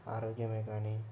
ఆరోగ్యం కానీ